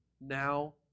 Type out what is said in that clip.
now